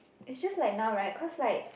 it's just like now right cause like